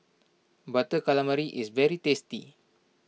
Butter Calamari is very tasty